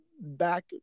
back